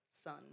son